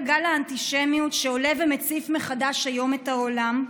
גל האנטישמיות שעולה היום ומציף מחדש את העולם,